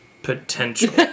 Potential